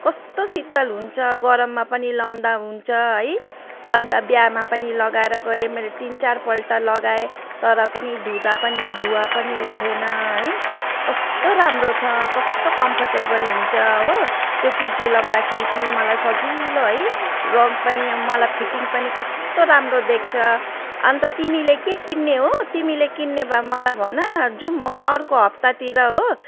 कस्तो शीतल हुन्छ गरममा पनि लगाउँदा हुन्छ है अन्त बिहामा पनि लगाएर गएँ मैले तिन चारपल्ट लगाएँ तर पनि धुँदा पनि भुवा पनि उठेन है कस्तो राम्रो छ कस्तो कम्फोर्टेबल हुन्छ हो त्यो कुर्ती लगाउँदाखेरि पनि मलाई सजिलो है रङ पनि अब मलाई फिटिङ पनि कस्तो राम्रो देख्छ अन्त तिमीले के किन्ने हो तिमीले किन्ने भए मलाई भन न जाऊँ हो अर्को हफ्तातिर हो